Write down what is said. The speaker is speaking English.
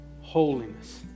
holiness